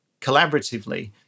collaboratively